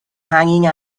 hanging